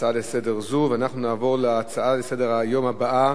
נעבור להצעות לסדר-היום בנושא: